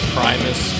Primus